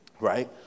Right